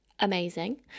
Amazing